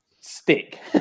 stick